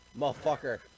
Motherfucker